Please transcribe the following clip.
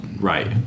Right